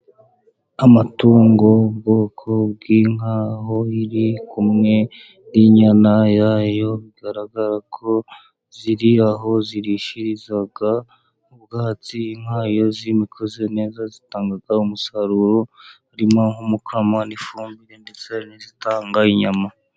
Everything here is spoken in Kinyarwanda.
Amatungo, ubwoko bw'inka aho iri kumwe n'inyana yayo, bigaragara ko ziri aho zirishiriza ubwatsi, inka iyo zitaweho neza zitanga umusaruro harimo: Nk'umukamo n'ifumbire ndetse n'izitanga inyama.